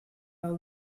del